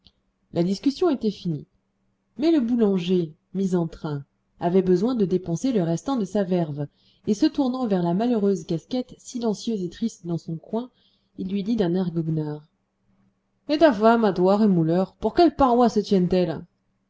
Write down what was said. la discussion était finie mais le boulanger mis en train avait besoin de dépenser le restant de sa verve et se tournant vers la malheureuse casquette silencieuse et triste dans son coin il lui dit d'un air goguenard et ta femme à toi rémouleur pour quelle paroisse tient-elle